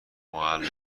معلم